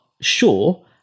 sure